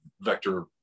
vector